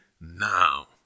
now